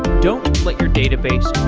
don't let your database